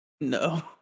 No